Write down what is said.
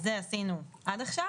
את זה עשינו עד עכשיו,